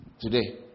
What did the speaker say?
today